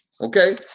Okay